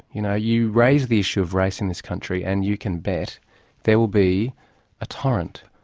you know, you raise the issue of race in this country and you can bet there will be a torrent.